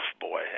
boy